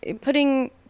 putting